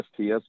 STS